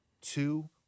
two